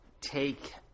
take